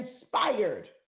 inspired